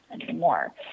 anymore